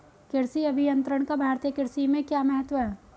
कृषि अभियंत्रण का भारतीय कृषि में क्या महत्व है?